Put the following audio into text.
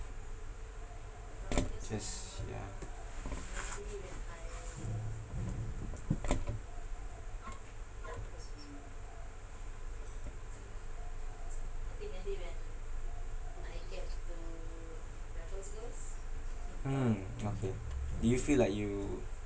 just yeah hmm okay do you feel like you